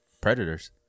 predators